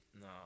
No